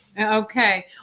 Okay